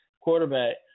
quarterback